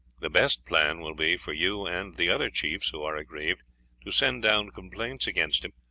the best plan will be for you and the other chiefs who are aggrieved to send down complaints against him,